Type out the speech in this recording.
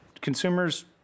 Consumers